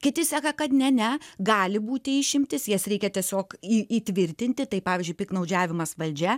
kiti seka kad ne ne gali būti išimtis jas reikia tiesiog į įtvirtinti tai pavyzdžiui piktnaudžiavimas valdžia